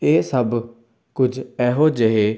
ਇਹ ਸਭ ਕੁਝ ਇਹੋ ਜਿਹੇ